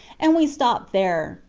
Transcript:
and we stop there.